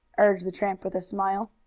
urged the tramp, with a smile.